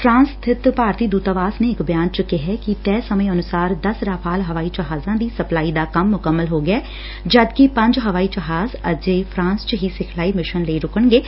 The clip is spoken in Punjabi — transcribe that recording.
ਫਰਾਂਸ ਸਬਿਤ ਭਾਰਤੀ ਦੁਤਾਵਾਸ ਨੇ ਇਕ ਬਿਆਨ ਚ ਕਿਹੈ ਕਿ ਤੈਅ ਸਮੇਂ ਅਨੁਸਾਰ ਦਸ ਰਾਫ਼ਾਲ ਹਵਾਈ ਜਹਾਜ਼ਾ ਦੀ ਸਪਲਾਈ ਦਾ ਕੰਮ ਮੁਕੰਮਲ ਹੋ ਗਿਐ ਜਦਕਿ ਪੰਜ ਹਵਾਈ ਜਹਾਜ਼ ਅਜੇ ਫਰਾਂਸ ਚ ਹੀ ਸਿਖਲਾਈ ਮਿਸ਼ਨ ਲਈ ਰੁਕਣਗੇ